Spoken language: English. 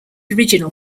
original